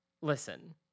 Listen